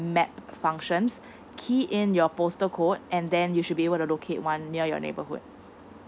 map functions key in your postal code and then you should be able to locate one near your neighbourhood